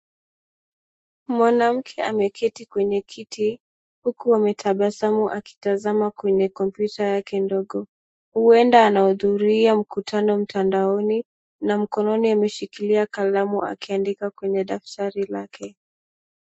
Mwanamke ameketi kwenye kitu huku ametabasamu akitazama kwenye kompyuta yake ndogo huenda anahudhuria mkutano mtandaoni na mkononi ameshikilia kalamu akiandika kwenye daftari lake.